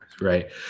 right